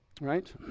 Right